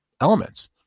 elements